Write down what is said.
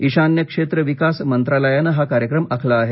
ईशान्य क्षेत्र विकास मंत्रालयानं हा कार्यक्रम आखला आहे